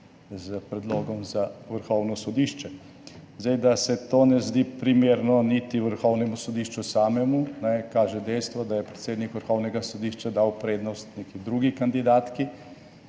s predlogom za Vrhovno sodišče. Da se to ne zdi primerno niti Vrhovnemu sodišču samemu, kaže dejstvo, da je predsednik Vrhovnega sodišča dal prednost neki drugi kandidatki,